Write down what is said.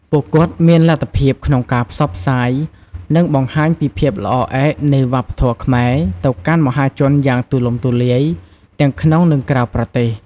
ពួកគាត់មានលទ្ធភាពក្នុងការផ្សព្វផ្សាយ និងបង្ហាញពី ភាពល្អឯកនៃវប្បធម៌ខ្មែរ ទៅកាន់មហាជនយ៉ាងទូលំទូលាយ ទាំងក្នុង និងក្រៅប្រទេស។